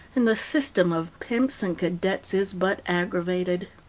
and the system of pimps and cadets is but aggravated.